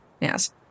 Yes